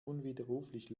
unwiderruflich